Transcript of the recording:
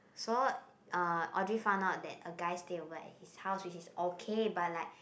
so uh Audrey found out that a guy stay over at his house which is okay but like